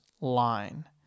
line